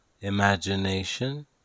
imagination